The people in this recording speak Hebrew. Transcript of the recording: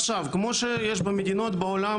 עכשיו כמו שיש במדינות בעולם,